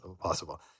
possible